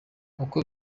uko